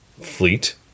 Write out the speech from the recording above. fleet